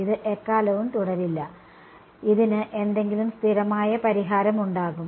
ഇത് എക്കാലവും തുടരില്ല ഇതിന് എന്തെങ്കിലും സ്ഥിരമായ പരിഹാരമുണ്ടാകും